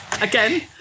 again